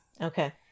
Okay